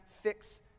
fix